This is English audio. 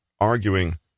arguing